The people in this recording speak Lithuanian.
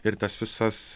ir tas visas